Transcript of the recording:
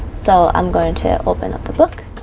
so i'm going to open up the book